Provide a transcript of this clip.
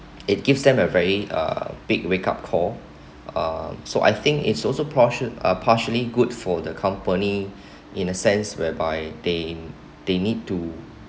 it gave them a very uh big wake up call uh so I think it's also partial uh partially good for the company in a sense whereby they they need to